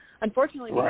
unfortunately